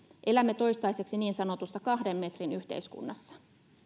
elämme toistaiseksi niin sanotussa kahden metrin yhteiskunnassa